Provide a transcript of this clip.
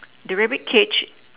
the rabbit cage